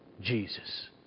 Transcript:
Jesus